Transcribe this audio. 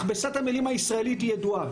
מכבסת המילים הישראלית ידועה,